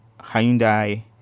Hyundai